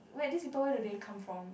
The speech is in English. wait did they told you where they come from